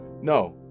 No